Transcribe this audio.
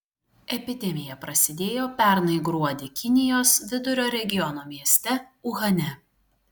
epidemija prasidėjo pernai gruodį kinijos vidurio regiono mieste uhane